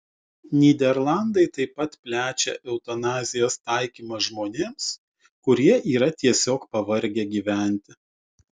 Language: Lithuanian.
nyderlandai taip pat plečia eutanazijos taikymą žmonėms kurie yra tiesiog pavargę gyventi